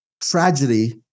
tragedy